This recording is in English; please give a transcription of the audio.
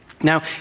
Now